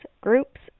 groups